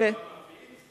זה דבר נפוץ?